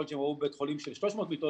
יכול להיות שהם ראו בית חולים של 300 מיטות,